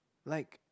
like